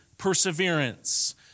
perseverance